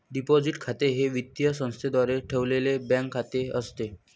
deposit खाते हे वित्तीय संस्थेद्वारे ठेवलेले बँक खाते असते